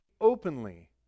openly